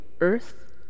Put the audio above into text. earth